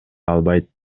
албайт